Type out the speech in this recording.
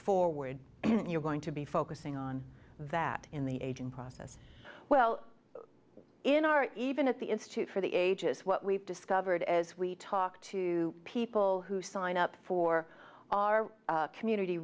forward and you're going to be focusing on that in the aging process well in our even at the institute for the ages what we've discovered as we talk to people who sign up for our community